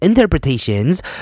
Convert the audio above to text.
interpretations